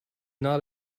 not